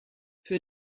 für